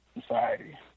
society